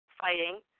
fighting